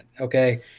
Okay